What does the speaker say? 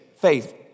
faith